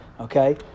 okay